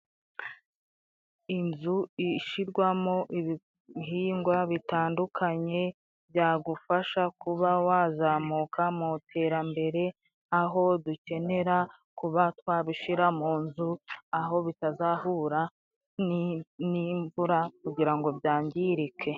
Inzu ishyirwamo ibihingwa bitandukanye, byagufasha kuba wazamuka mu iterambere, aho dukenera kuba twabishyira mu nzu, aho bitazahura n'imvura kugira ngo byangirike.